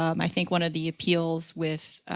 um i think one of the appeals with